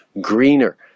greener